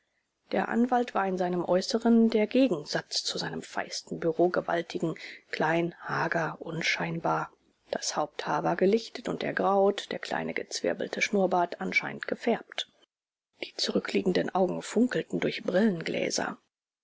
der anwalt war in seinem äußeren der gegensatz zu seinem feisten bürogewaltigen klein hager unscheinbar das haupthaar war gelichtet und ergraut der kleine gezwirbelte schnurrbart anscheinend gefärbt die zurückliegenden augen funkelten durch brillengläser